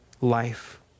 life